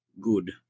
Good